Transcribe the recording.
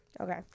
okay